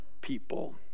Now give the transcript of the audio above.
people